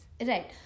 right